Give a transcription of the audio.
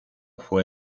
fue